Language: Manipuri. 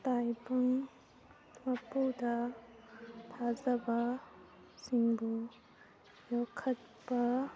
ꯇꯥꯏꯕꯪ ꯃꯄꯨꯗ ꯊꯥꯖꯕꯁꯤꯡꯕꯨ ꯌꯣꯛꯈꯠꯄ